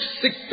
sick